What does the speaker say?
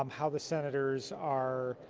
um how the senators are